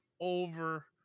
over